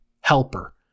helper